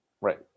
Right